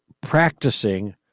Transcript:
practicing